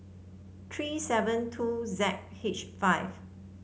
three seven two Z H five